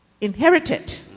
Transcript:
inherited